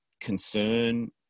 concern